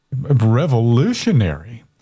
revolutionary